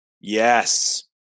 Yes